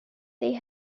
they